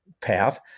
path